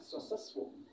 successful